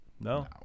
No